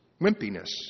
Wimpiness